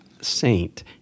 saint